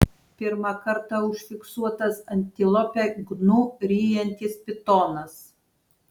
pirmą kartą užfiksuotas antilopę gnu ryjantis pitonas